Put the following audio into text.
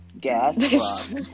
gas